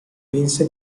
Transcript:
vinse